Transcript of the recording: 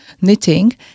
knitting